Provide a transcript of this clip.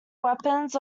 weapons